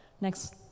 Next